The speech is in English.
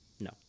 No